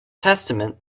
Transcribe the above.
testament